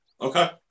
Okay